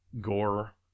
gore